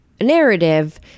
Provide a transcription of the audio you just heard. narrative